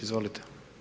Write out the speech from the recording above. Izvolite.